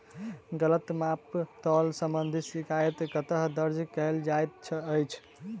गलत माप तोल संबंधी शिकायत कतह दर्ज कैल जाइत अछि?